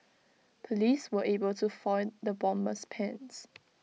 Police were able to foil the bomber's plans